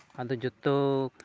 ᱟᱫᱚ ᱡᱚᱛᱚ